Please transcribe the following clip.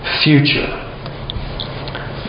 future